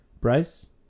Bryce